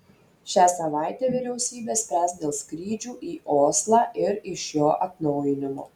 šią savaitę vyriausybė spręs dėl skrydžių į oslą ir iš jo atnaujinimo